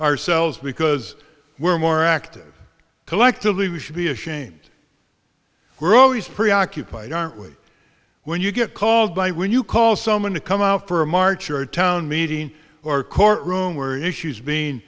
ourselves because we're more active collectively we should be ashamed we're always preoccupied aren't we when you get called by when you call someone to come out for a march or a town meeting or court room where issues being